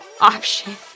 option